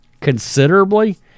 considerably